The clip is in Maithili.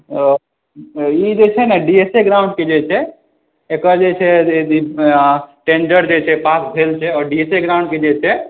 ई जे छै ने डीएसए ग्राउन्ड के जे छै एकर जे एहि बीच मे टेंडर जे छै पास भेल छै डीएसए ग्राउंड के जे छै